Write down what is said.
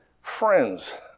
friends